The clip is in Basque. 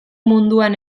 munduan